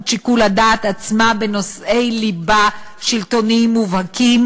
שיקול הדעת עצמה בנושאי ליבה שלטוניים מובהקים"